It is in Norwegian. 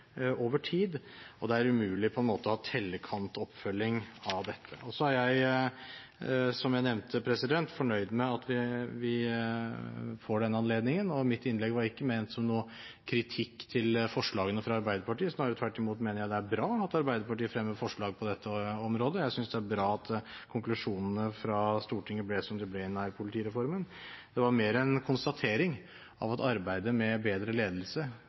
over tid, og det er umulig å ha tellekantoppfølging av dette. Så er jeg, som jeg nevnte, fornøyd med at vi får denne anledningen. Mitt innlegg var ikke ment som noen kritikk av forslagene fra Arbeiderpartiet. Snarere tvert imot mener jeg det er bra at Arbeiderpartiet fremmer forslag på dette området. Jeg synes det er bra at konklusjonene fra Stortinget ble som de ble når det gjelder nærpolitireformen. Det var mer en konstatering av at arbeidet med bedre ledelse